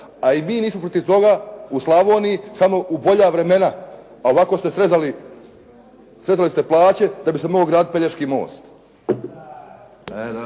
a i mi nismo protiv toga u Slavoniji, samo u bolja vremena. Ovako ste srezali plaće da bi se mogao graditi Pelješko most.